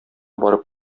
барып